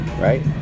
right